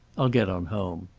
i'll get on home.